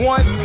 One